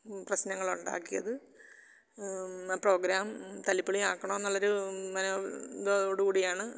പ്രശ്നങ്ങൾ ഉണ്ടാക്കിയത് പ്രോഗ്രാം തല്ലിപ്പൊളി ആക്കണം എന്നുള്ളൊരു മനോ ഇതോടുകൂടിയാണ്